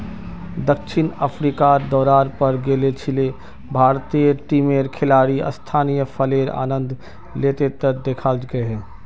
दक्षिण अफ्रीकार दौरार पर गेल छिले भारतीय टीमेर खिलाड़ी स्थानीय फलेर आनंद ले त दखाल गेले